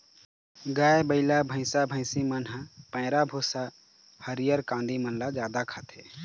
गाय, बइला, भइसा, भइसी मन ह पैरा, भूसा, हरियर कांदी मन ल जादा खाथे